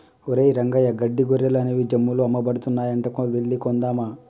ఒరేయ్ రంగయ్య గడ్డి గొర్రెలు అనేవి జమ్ముల్లో అమ్మబడుతున్నాయంట వెళ్లి కొందామా